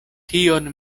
tion